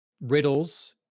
riddles